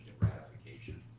ratification.